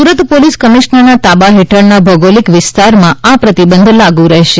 Surat police કમિશ્નરના તાબા હેઠળના ભૌગોલિક વિસ્તારમાં આ પ્રતિબંધ લાગુ રહેશે